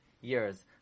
years